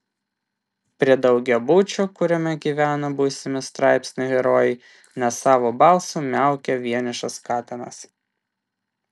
prie daugiabučio kuriame gyvena būsimi straipsnio herojai nesavu balsu miaukia vienišas katinas